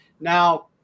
now